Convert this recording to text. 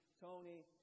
Tony